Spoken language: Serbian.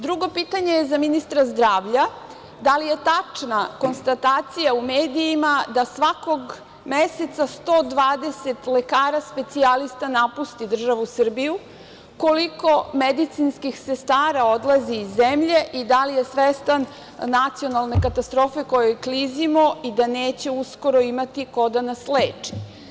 Drugo pitanje je za ministra zdravlja – da li je tačna konstatacija u medijima da svakog meseca 120 lekara specijalista napusti državu Srbiju, koliko medicinskih sestara odlazi iz zemlje i da li je svestan nacionalne katastrofe kojoj klizimo i da neće uskoro imati ko da nas leči?